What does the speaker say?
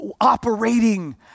operating